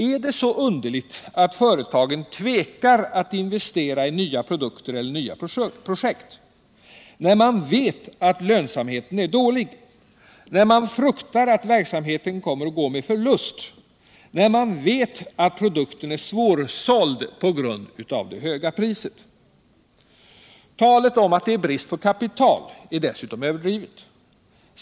Är det så underligt att företagen tvekar att investera i nya produkter eller nya projekt, när man vet att lönsamheten är dålig, när man fruktar att verksamheten kommer att gå med förlust, när man vet att produkten är svårsåld på grund av det höga priset? Talet om att det råder brist på kapital är dessutom överdrivet.